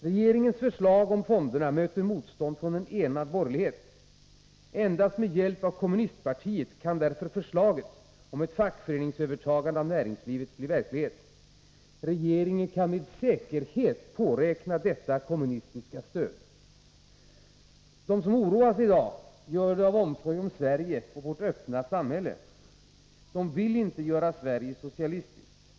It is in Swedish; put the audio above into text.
Regeringens förslag om löntagarfonder möter motstånd från en enad borgerlighet. Endast med hjälp av kommunistpartiet kan därför förslaget om ett fackföreningsövertagande av näringslivet bli verklighet. Regeringen kan med säkerhet påräkna detta kommunistiska stöd. De som oroas i dag gör det av omsorg om Sverige och vårt öppna samhälle. De vill inte göra Sverige socialistiskt.